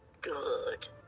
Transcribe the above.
good